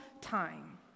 time